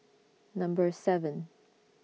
Number seven